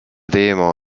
teema